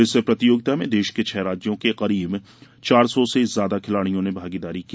इस प्रतियोगिता में देश के छह राज्यों के करीब चार सौ से अधिक खिलाड़ियों ने भागीदारी की